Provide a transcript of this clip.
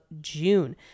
June